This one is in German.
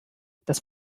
das